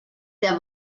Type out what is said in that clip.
der